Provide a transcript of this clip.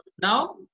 Now